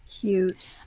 cute